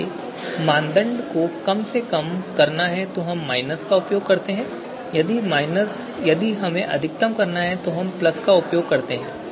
इसलिए यदि मानदंड को कम से कम करना है तो हम का उपयोग करते हैं और यदि इसे अधिकतम करना है तो हम का उपयोग करते हैं